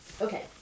Okay